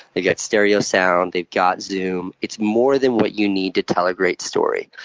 they've got stereo sound. they've got zoom. it's more than what you need to tell a great story.